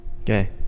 Okay